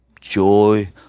Joy